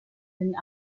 den